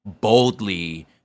boldly